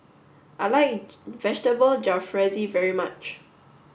I like vegetable Jalfrezi very much